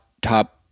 top